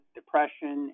depression